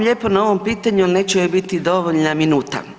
lijepa na ovom pitanju, neće mi biti dovoljna minuta.